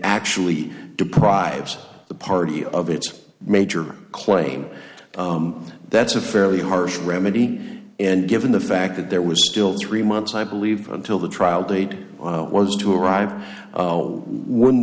actually deprives the party of its major claim that's a fairly harsh remedy and given the fact that there was still three months i believe until the trial date was to arrive oh